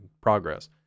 progress